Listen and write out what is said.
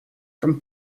from